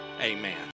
Amen